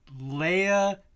Leia